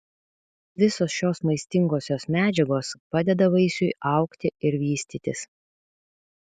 visos šios maistingosios medžiagos padeda vaisiui augti ir vystytis